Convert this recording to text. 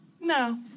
No